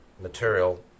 material